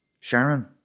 Sharon